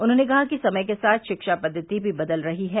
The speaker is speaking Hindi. उन्होंने कहा कि समय के साथ शिक्षा पद्दति भी बदल रही है